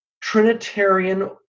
Trinitarian